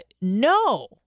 No